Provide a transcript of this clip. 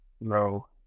No